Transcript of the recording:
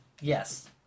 Yes